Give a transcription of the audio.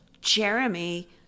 Jeremy